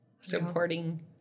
supporting